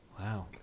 Wow